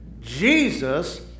Jesus